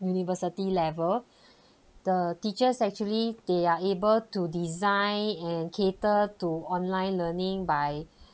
university level the teachers actually they are able to design and cater to online learning by